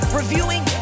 reviewing